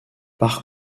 par